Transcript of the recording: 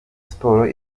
sports